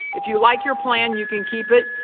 if you like your plan, you can keep it.